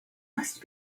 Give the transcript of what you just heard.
must